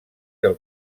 del